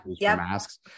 masks